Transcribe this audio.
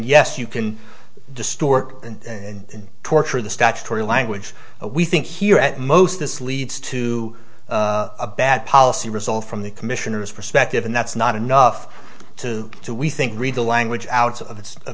yes you can distort and torture the statutory language we think here at most this leads to a bad policy result from the commissioner's perspective and that's not enough to do we think read the language out of